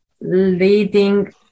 leading